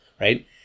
right